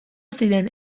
ziren